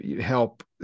help